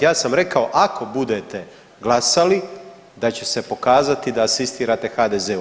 Ja sam rekao ako budete glasali da će se pokazati da asistirate HDZ-u.